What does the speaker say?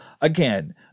Again